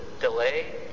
delay